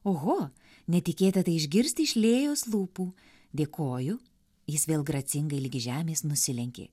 oho netikėta tai išgirsti iš lėjos lūpų dėkoju jis vėl gracingai lig žemės nusilenkė